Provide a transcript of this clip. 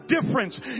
difference